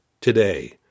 today